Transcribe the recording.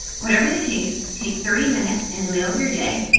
whatever the case, take thirty minutes in the middle of your day,